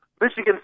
Michigan